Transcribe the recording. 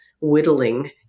whittling